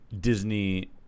Disney